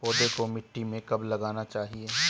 पौधे को मिट्टी में कब लगाना चाहिए?